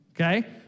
Okay